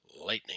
lightning